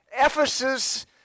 Ephesus